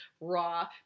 raw